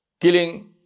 killing